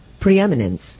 preeminence